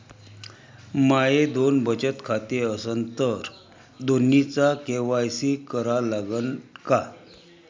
माये दोन बचत खाते असन तर दोन्हीचा के.वाय.सी करा लागन का?